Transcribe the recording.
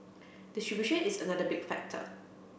distribution is another big factor